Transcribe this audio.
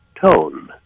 tone